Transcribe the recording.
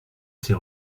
ses